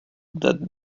that